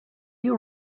you